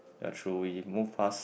ya true we move fast